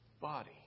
body